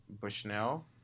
Bushnell